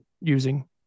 using